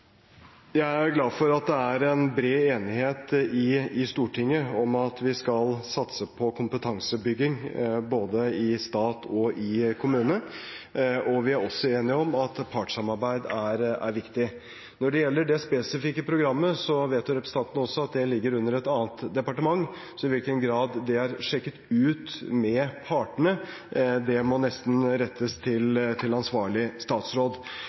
Jeg er glad for at det er bred enighet i Stortinget om at vi skal satse på kompetansebygging både i stat og i kommune. Vi er også enige om at partssamarbeid er viktig. Når det gjelder det spesifikke programmet, vet også representanten at det ligger under et annet departement, så spørsmålet om i hvilken grad det er sjekket ut med partene, må nesten rettes til ansvarlig statsråd.